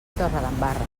torredembarra